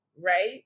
right